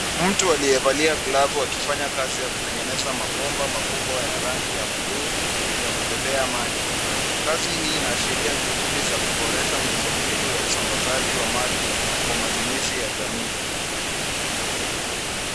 Mtu aliyevalia glavu akifanya kazi ya kutengeneza mabomba makubwa ya rangi ya buluu ya kubebea maji. Kazi hii inaashiria juhudi za kuboresha miundo mbinu ya usambazaji wa maji kwa matumizi ya jamii.